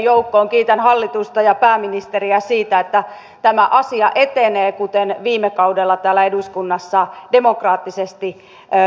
kiitän hallitusta ja pääministeriä siitä että tämä asia etenee kuten viime kaudella täällä eduskunnassa demokraattisesti päätimme